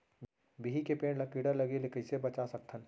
बिही के पेड़ ला कीड़ा लगे ले कइसे बचा सकथन?